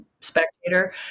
spectator